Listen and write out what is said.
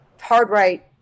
hard-right